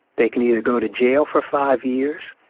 they can either go to jail for five years,